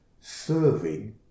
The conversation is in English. serving